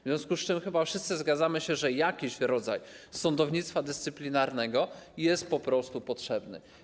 W związku z tym chyba wszyscy zgadzamy się, że jakiś rodzaj sądownictwa dyscyplinarnego jest po prostu potrzebny.